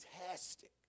fantastic